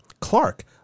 Clark